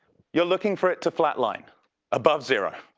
you're looking for it to flat line above zero,